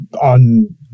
on